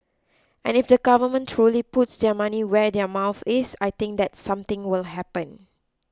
and if the government truly puts their money where their mouth is I think that something will happen